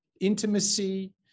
intimacy